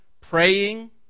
praying